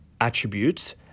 attributes